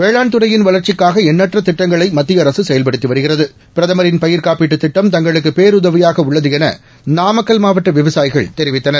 வேளாண் துறையின் வளர்ச்சிக்காக எண்ணற்ற திட்டங்களை மத்திய அரசு செயல்படுத்தி வருகிறது பிரதமின் பயிர் காப்பீட்டு திட்டம் தங்களுக்கு பேருதவியாக உள்ளது என நாமக்கல் மாவட்ட விவசாயிகள் தெரிவித்தனர்